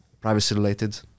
privacy-related